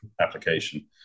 application